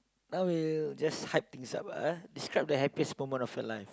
now we'll just hype things up ah describe the happiest moment of your life